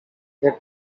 jak